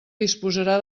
disposarà